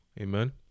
amen